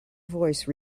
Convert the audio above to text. voice